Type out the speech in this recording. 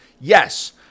Yes